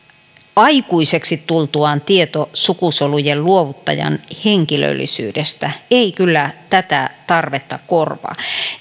aikuiseksi tultuaan tieto sukusolujen luovuttajan henkilöllisyydestä ei kyllä tätä tarvetta korvaa